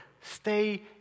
Stay